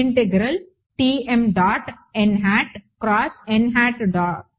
కాబట్టి